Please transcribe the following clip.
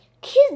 Kids